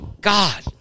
God